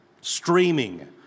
streaming